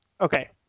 Okay